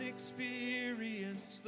Experience